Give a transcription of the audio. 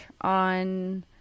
on